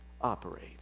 operate